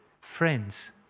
friends